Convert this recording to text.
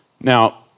Now